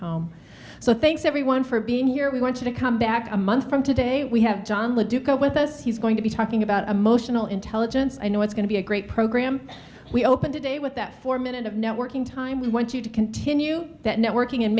home so thanks everyone for being here we want to come back a month from today we have john le duke up with us he's going to be talking about emotional intelligence i know it's going to be a great program we opened today with that four minute of networking time we want you to continue that networking and